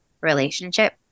relationship